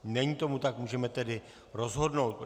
Není tomu tak, můžeme tedy rozhodnout.